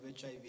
HIV